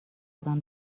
آدم